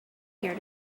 here